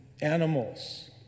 animals